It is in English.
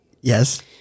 Yes